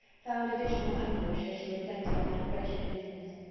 found additional anguish as she reflected on that wretched business.